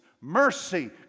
mercy